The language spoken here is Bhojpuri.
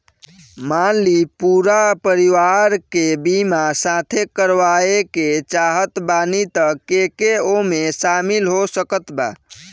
मान ली पूरा परिवार के बीमाँ साथे करवाए के चाहत बानी त के के ओमे शामिल हो सकत बा?